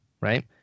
right